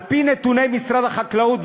על-פי נתוני משרד החקלאות,